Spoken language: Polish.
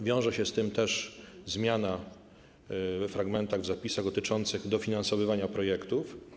Wiąże się z tym też zmiana we fragmentach, zapisach dotyczących dofinansowywania projektów.